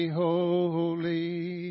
holy